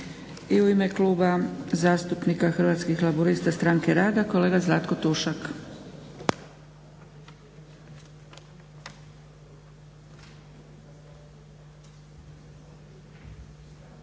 I u ime Kluba zastupnika Hrvatskih laburista-Stranke rada kolega Zlatko Tušak.